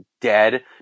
dead